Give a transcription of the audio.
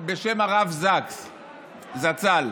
בשם הרב זקס זצ"ל,